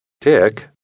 Tick